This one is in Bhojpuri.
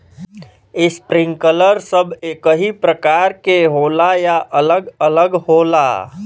इस्प्रिंकलर सब एकही प्रकार के होला या अलग अलग होला?